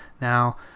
now